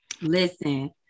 Listen